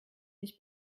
mich